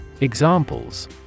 Examples